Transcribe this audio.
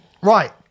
Right